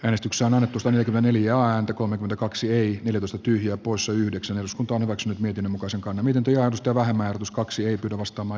äänestyksen alettu sodankylä neljä ääntä kolme kaksi ilves on tyhjä poissa yhdeksän uskoton ex miten muka sankan miten työllistää vähemmän tuskaksi arvostama